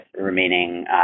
remaining